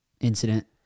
incident